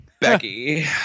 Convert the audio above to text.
Becky